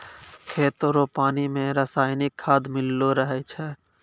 खेतो रो पानी मे रसायनिकी खाद मिल्लो रहै छै